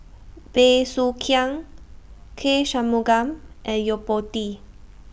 Bey Soo Khiang K Shanmugam and Yo Po Tee